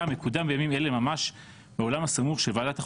מקודם ממש בימים אלה באולם הסמוך של ועדת החוקה,